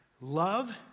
love